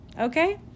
okay